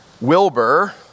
Wilbur